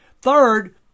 Third